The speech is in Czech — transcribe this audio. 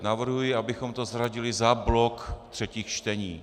Navrhuji, abychom to zařadili za blok třetích čtení.